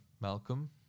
Malcolm